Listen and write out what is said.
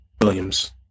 Williams